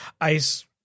ice